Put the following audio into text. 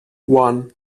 one